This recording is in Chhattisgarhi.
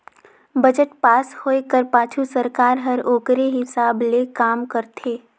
बजट पास होए कर पाछू सरकार हर ओकरे हिसाब ले काम करथे